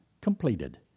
completed